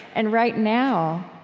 and right now